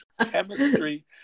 chemistry